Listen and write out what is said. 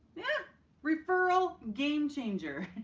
yeah referral game-changer!